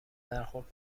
برخورد